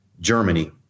Germany